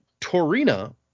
Torina